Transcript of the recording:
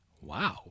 Wow